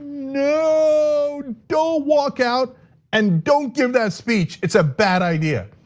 no, don't walk out and don't give that speech, it's a bad idea.